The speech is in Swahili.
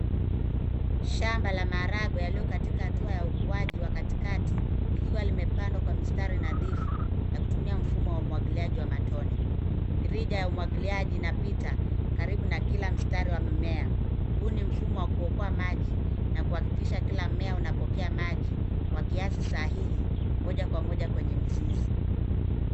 Shamba ya maharagwe yaliyo katika hatua ya ukuaji wa katikati, likiwa limepandwa kwa mistari nadhifu, na kutumia mfumo wa umwagiliaji wa matone, mirija ya umwagiliaji inapita karibu na kila mstari wa mimea. Huu ni mfumo wa kuokoa maji, na kuhakikisha kila mmea unapokea maji kwa kiasi sahihi, moja kwa moja kwenye mizizi.